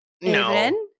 no